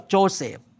Joseph